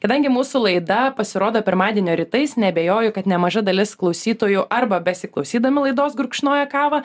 kadangi mūsų laida pasirodo pirmadienio rytais neabejoju kad nemaža dalis klausytojų arba besiklausydami laidos gurkšnoja kavą